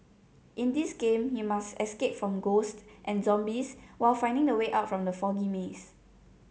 in this game you must escape from ghosts and zombies while finding the way out from the foggy maze